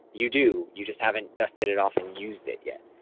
you do. you just haven't dusted it off and used it yet.